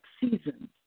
seasons